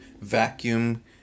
vacuum